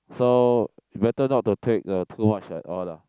so better not to take uh too much at all lah